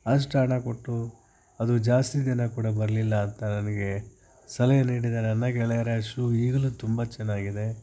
ಅಷ್ಟು ಹಣ ಕೊಟ್ಟು ಅದು ಜಾಸ್ತಿ ದಿನ ಕೂಡ ಬರಲಿಲ್ಲ ಅಂತ ನನಗೆ ಸಲಹೆ ನೀಡಿದ ನನ್ನ ಗೆಳೆಯರ ಶೂ ಈಗಲೂ ತುಂಬ ಚೆನ್ನಾಗಿದೆ